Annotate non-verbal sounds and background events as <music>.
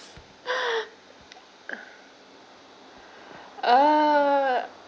<laughs> uh